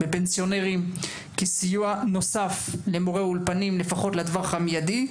בפנסיונרים כסיוע נוסף למורי אולפנים לפחות לטווח מיידי.